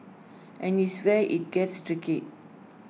and is where IT gets tricky